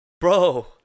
Bro